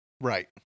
Right